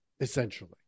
essentially